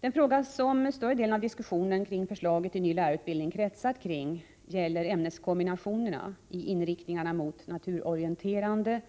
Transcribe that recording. Den fråga som större delen av diskussionen kring förslaget till ny lärarutbildning kretsat kring gäller ämneskombinationerna i inriktningarna mot naturorienterande